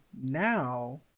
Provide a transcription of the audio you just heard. Now